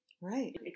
Right